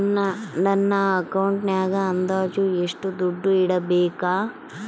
ನನ್ನ ಅಕೌಂಟಿನಾಗ ಅಂದಾಜು ಎಷ್ಟು ದುಡ್ಡು ಇಡಬೇಕಾ?